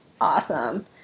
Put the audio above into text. awesome